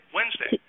Wednesday